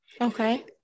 Okay